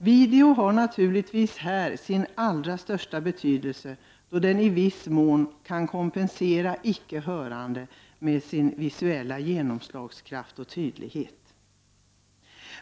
Videon har naturligtvis här sin allra största betydelse, då den med sin visuella genomslagskraft och tydlighet i viss mån kan kompensera icke hörande.